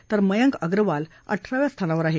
तर मयंक अग्रवाल अठराव्या स्थानावर आहे